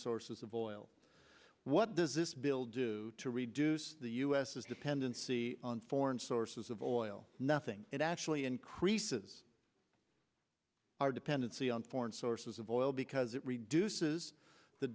sources of oil what does this bill do to reduce the u s was dependency on foreign sources of oil nothing it actually increases our dependency on foreign sources of oil because it reduces the